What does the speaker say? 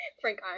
frank